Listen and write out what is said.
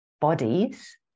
bodies